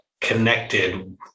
connected